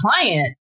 client